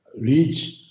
reach